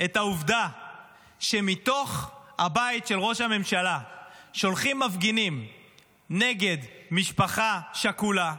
את העובדה שמתוך הבית של ראש הממשלה שולחים מפגינים נגד משפחה שכולה,